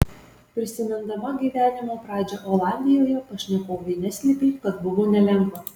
prisimindama gyvenimo pradžią olandijoje pašnekovė neslėpė kad buvo nelengva